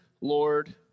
Lord